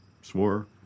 swore